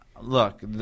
Look